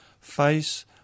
face